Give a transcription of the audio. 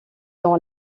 dans